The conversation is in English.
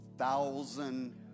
thousand